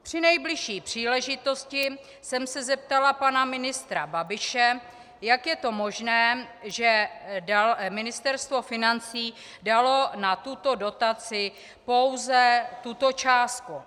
Při nejbližší příležitosti jsem se zeptala pana ministra Babiše, jak je to možné, že Ministerstvo financí dalo na tuto dotaci pouze tuto částku.